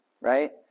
right